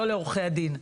לא לעורכי הדין.